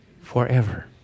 forever